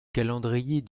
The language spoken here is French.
calendrier